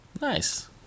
Nice